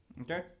Okay